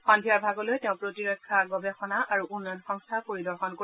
সন্ধিয়াৰ ভাগলৈ তেওঁ প্ৰতিৰক্ষা গৱেষণা আৰু উন্নয়ন সংস্থা পৰিদৰ্শন কৰিব